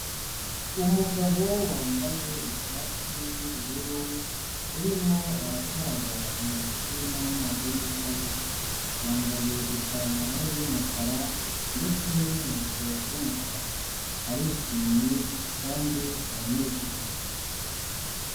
Umugabo wambaye ishati y'ubururu, urimo arakaraba intoki n'amazi n'isabune. Yambaye ipantaro y'umukara ndetse n'inkweto z'umukara. Arishimye kandi aranezerewe.